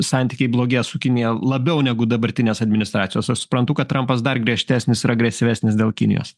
santykiai blogėja su kinija labiau negu dabartinės administracijos aš suprantu kad trampas dar griežtesnis ir agresyvesnis dėl kinijos